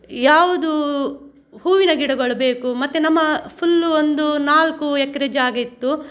ಯಾವುದು ಹೂವಿನ ಗಿಡಗಳು ಬೇಕು ಮತ್ತೆ ನಮ್ಮ ಫುಲ್ ಒಂದು ನಾಲ್ಕು ಎಕರೆ ಜಾಗ ಇತ್ತು